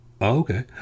okay